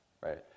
right